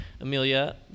Amelia